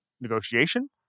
negotiation